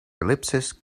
ellipses